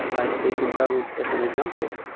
like taking daru as an example,